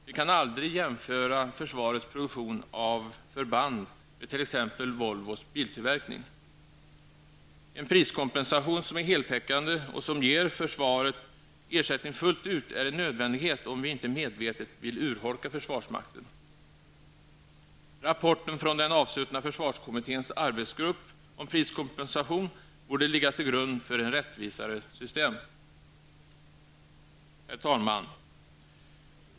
Vi kan aldrig jämföra försvarets produktion av förband med t.ex. Volvos biltillverkning. En priskompensation som är heltäckande och som ger försvaret ersättning fullt ut är en nödvändighet om vi inte medvetet vill urholka försvarsmakten. Rapporten från den avsuttna försvarskommitténs arbetsgrupp om priskompensation borde ligga till grund för ett rättvisare system. Herr talman!